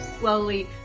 Slowly